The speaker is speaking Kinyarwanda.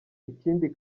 ikindi